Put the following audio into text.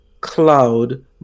cloud